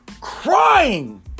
crying